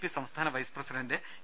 P സംസ്ഥാന vice president A